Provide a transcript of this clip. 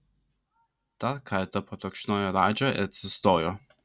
dar kartą paplekšnojo radžą ir atsistojo